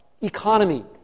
economy